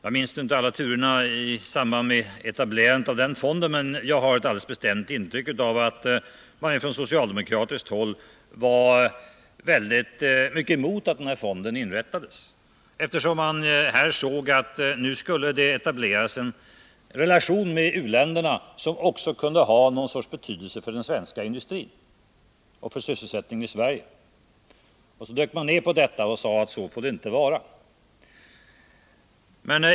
Jag minns inte alla turerna i samband med etablerandet av den fonden, men jag har ett alldeles bestämt intryck av att man från socialdemokratiskt håll i hög grad motsatte sig att fonden inrättades. Man såg att det här skulle etableras relationer med u-länderna, som också kunde ha någon sorts betydelse för den svenska industrin och för sysselsättningen i Sverige. Så dök man ned på detta och sade att det inte får vara på det viset. Fru talman!